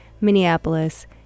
minneapolis